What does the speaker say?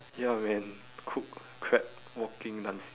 ya man cooked crab walking dancing